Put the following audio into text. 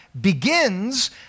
Begins